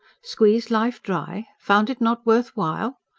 squeezed life try. found it not worth while?